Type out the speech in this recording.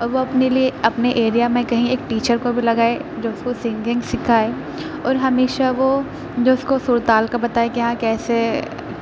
اور وہ اپنے لیے اپنے ایریا میں کہیں ایک ٹیچر کو بھی لگائے جو اُس کو سنگنگ سکھائے اور ہمیشہ وہ جو اُس کو سُر تال کا بتائے کہ ہاں کیسے